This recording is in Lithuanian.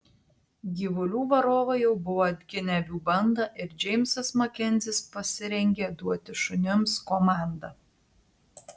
gyvulių varovai jau buvo atginę avių bandą ir džeimsas makenzis pasirengė duoti šunims komandą